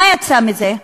מה יצא מזה?